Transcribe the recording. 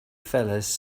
fellas